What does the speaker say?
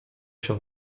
się